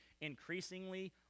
increasingly